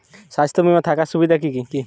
স্বাস্থ্য বিমা থাকার সুবিধা কী কী?